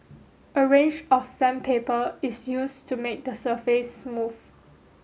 a range of sandpaper is used to make the surface smooth